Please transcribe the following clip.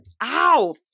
Ow